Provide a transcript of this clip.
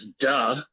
duh